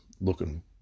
looking